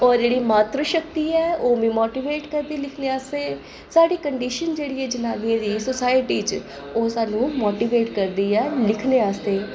ते होर जेह्ड़ी मातृ शक्ति ऐ ओह् मिगी मोटिवेट करदी लिखने आस्तै साढ़ी कंडीशन जेह्ड़ी ऐ जनानियें दी सोसाइटी च ओह् स्हान्नूं मोटिवेट करदी ऐ लिखने आस्तै